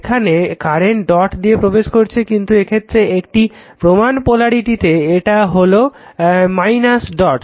এখানে current dot দিয়ে প্রবেশ করছে কিন্তু এক্ষেত্রে একটি প্রমান পোলারিটিতে এটা হলো - ডট